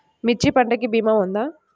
మిర్చి పంటకి భీమా ఉందా?